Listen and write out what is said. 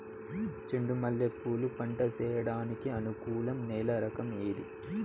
చెండు మల్లె పూలు పంట సేయడానికి అనుకూలం నేల రకం ఏది